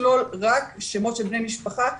תכלול רק שמות של בני משפחה,